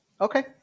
Okay